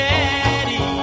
Daddy